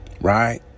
right